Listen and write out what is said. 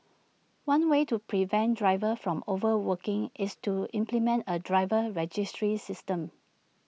one way to prevent drivers from overworking is to implement A driver registry system